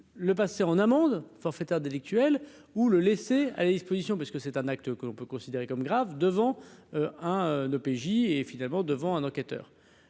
le passer en amende forfaitaire délictuelle ou le laisser à la disposition, parce que c'est un acte que l'on peut considérer comme grave devant un d'OPJ et finalement devant un enquêteur,